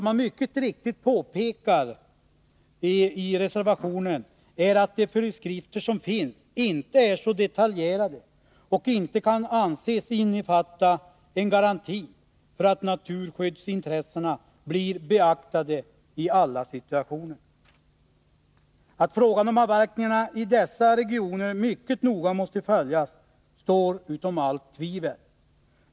I reservationen påpekas mycket riktigt att de föreskrifter som finns inte är så detaljerade och att de inte kan anses innefatta en garanti för att naturskyddsintressena beaktas i alla situationer. Att frågan om avverkningarna i dessa regioner mycket noga måste följas står utom allt tvivel.